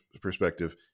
perspective